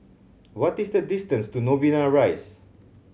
what is the distance to Novena Rise